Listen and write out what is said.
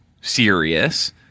serious